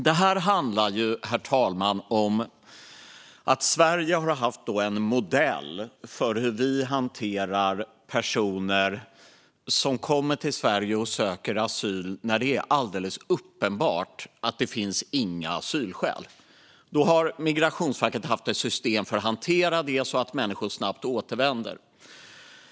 Detta handlar, herr talman, om att Sverige har haft en modell för hur vi hanterar personer som kommer till Sverige och söker asyl när det är alldeles uppenbart att det inte finns några asylskäl. Migrationsverket har haft ett system för att hantera detta så att människor snabbt återvänder.